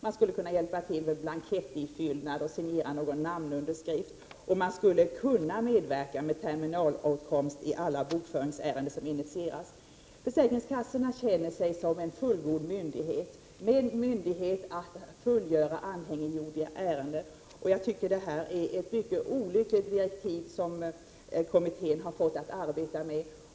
Man skulle kunna hjälpa till med blankettifyllning och namnunderskrifter, och man skulle kunna medverka i alla bokföringsärenden som initieras. Försäkringskassan känner sig som en fullgod myndighet — med myndighet att fullfölja anhängiggjorda ärenden. Jag tycker att det är mycket olyckliga direktiv som kommittén har fått att arbeta med.